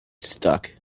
stuck